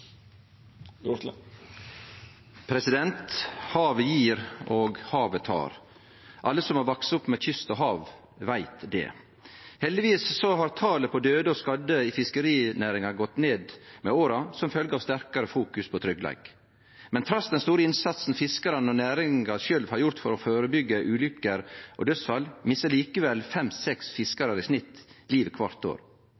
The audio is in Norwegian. Havet gjev, og havet tek. Alle som har vakse opp ved kyst og hav, veit det. Heldigvis har talet på døde og skadde i fiskerinæringa gått ned med åra som følgje av sterkare fokus på tryggleik. Men trass den store innsatsen fiskarane og næringa sjølv har gjort for å førebyggje ulykker og dødsfall, misser likevel